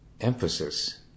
emphasis